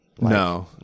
no